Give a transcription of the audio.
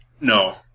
No